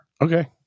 Okay